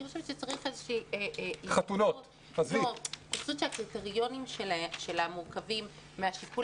פשוט שהקריטריונים שלה מורכבים מהשיקול